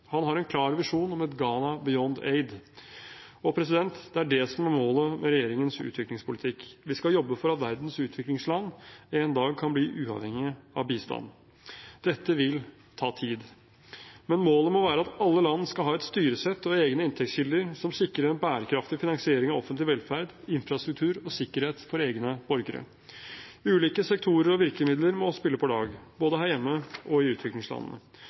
Han har en klar visjon om et «Ghana beyond aid». Det er det som er målet med regjeringens utviklingspolitikk. Vi skal jobbe for at verdens utviklingsland en dag kan bli uavhengige av bistand. Dette vil ta tid, men målet må være at alle land skal ha et styresett og egne inntektskilder som sikrer en bærekraftig finansiering av offentlig velferd, infrastruktur og sikkerhet for egne borgere. Ulike sektorer og virkemidler må spille på lag – både her hjemme og i utviklingslandene.